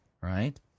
right